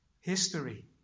history